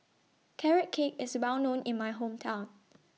Carrot Cake IS Well known in My Hometown